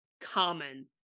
common